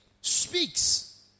speaks